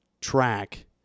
track